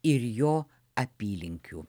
ir jo apylinkių